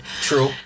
True